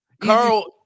Carl